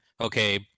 okay